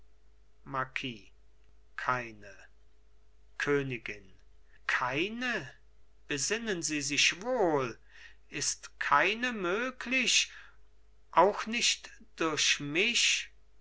marquis keine königin keine besinnen sie sich wohl ist keine möglich auch nicht durch mich